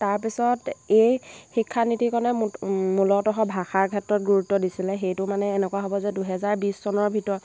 তাৰপিছত এই শিক্ষানীতিখনে মূলত ভাষাৰ ক্ষেত্ৰত গুৰুত্ব দিছিলে সেইটো মানে এনেকুৱা হ'ব যে দুহেজাৰ বিছ চনৰ ভিতৰত